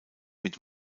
mit